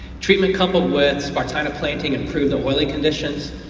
treatment coupled with spartina planting improved the oiling conditions.